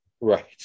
Right